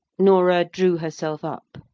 norah drew herself up.